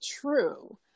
true